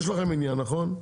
יש לכם עניין, נכון?